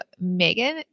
Megan